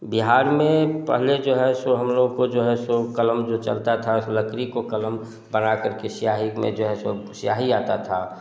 बिहार में पहले जो है सो हम लोगों को जो हैं सों क़लम जो चलता था लकड़ी को क़लम बना कर के स्याही में जो है सो स्याही आती थी